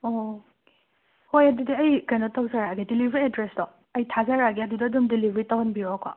okay ꯍꯣꯏ ꯑꯗꯨꯗꯤ ꯑꯩ ꯀꯩꯅꯣ ꯇꯧꯖꯔꯛꯑꯒꯦ ꯗꯤꯂꯤꯕꯔ ꯑꯦꯗ꯭ꯔꯦꯁꯇꯣ ꯑꯩ ꯊꯥꯖꯔꯛꯑꯒꯦ ꯑꯗꯨꯗ ꯑꯗꯨꯝ ꯗꯤꯂꯤꯕꯔꯤ ꯇꯧꯍꯟꯕꯤꯔꯛꯑꯣꯀꯣ